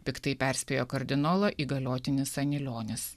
piktai perspėjo kardinolą įgaliotinis anilionis